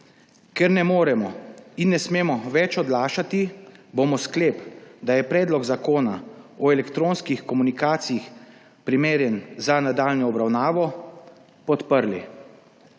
Ker ne moremo in ne smemo več odlašati, bomo sklep, da je Predlog zakona o elektronskih komunikacijah primeren za nadaljnjo obravnavo podprli.